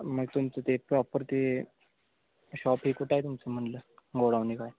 मग तुमचं ते प्रॉपर ते शॉप हे कुठं आहे तुमचं म्हटलं गोडाऊन नी काय